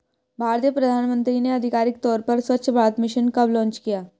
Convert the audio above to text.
भारतीय प्रधानमंत्री ने आधिकारिक तौर पर स्वच्छ भारत मिशन कब लॉन्च किया?